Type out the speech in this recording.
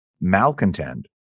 malcontent